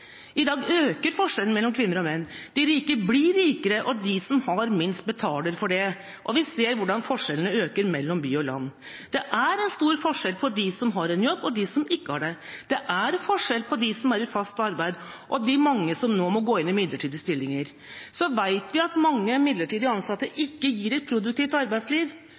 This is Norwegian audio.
I dag øker forskjellene mellom kvinner og menn. De rike blir rikere, og de som har minst, betaler for det. Og vi ser hvordan forskjellene øker mellom by og land. Det er en stor forskjell mellom dem som har en jobb, og dem som ikke har det. Det er forskjell på dem som er i fast arbeid, og de mange som nå må gå inn i midlertidige stillinger. Så vet vi at mange midlertidig ansatte ikke gir et produktivt arbeidsliv.